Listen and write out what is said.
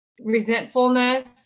resentfulness